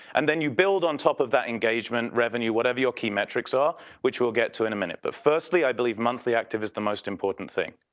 and then you build on top of that engagement revenue, whatever your key metrics are which we'll get to in a minute, but firstly, i believe monthly active is the most important thing.